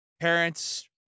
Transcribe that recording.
parents